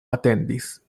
atendis